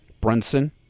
Brunson